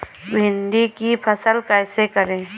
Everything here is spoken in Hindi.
भिंडी की फसल कैसे करें?